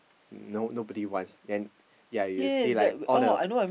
nobody wants you will see like all the